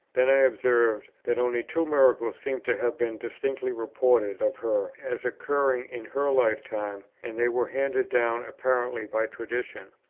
then i observed that only two miracles seem to have been distinctly reported of her as occurring in her lifetime and they were handed down apparently by tradition.